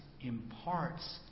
imparts